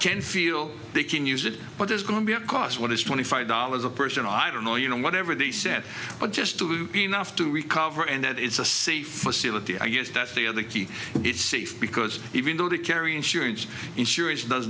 can feel they can use it but there's going to be a cost what is twenty five dollars a person i don't know you know whatever they said but just enough to recover and that is a safer city with the i guess that's the other key it's safe because even though they carry insurance